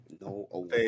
no